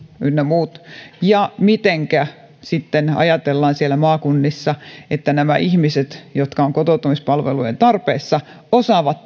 ynnä muut ja mitenkä sitten ajatellaan siellä maakunnissa että nämä ihmiset jotka ovat kotouttamispalveluiden tarpeessa osaavat